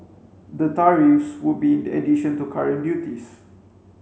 the tariffs would be in addition to current duties